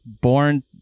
born